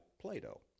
Plato